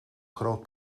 groot